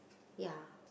ya